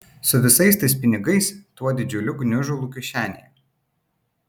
su visais tais pinigais tuo didžiuliu gniužulu kišenėje